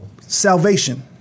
salvation